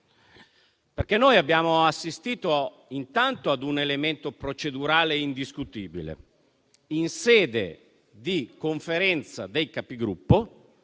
Noi abbiamo assistito intanto ad un elemento procedurale indiscutibile. In sede di Conferenza dei Capigruppo,